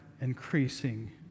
increasing